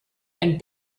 and